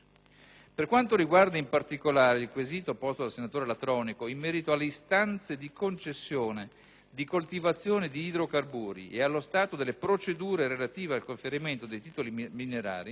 Per quanta riguarda, in particolare, il quesito posto dal senatore Latronico in merito alle «istanze di concessione di coltivazione di idrocarburi e allo stato delle procedure relative al conferimento dei titoli minerari»,